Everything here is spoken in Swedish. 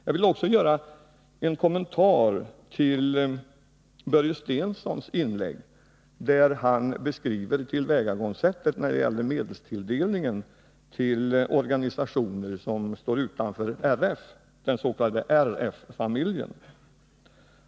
Jag vill också kommentera Börje Stenssons inlägg när det gäller hans beskrivning av tillvägagångssättet vid medelstilldelningen till organisationer som står utanför den s.k. RF-familjen.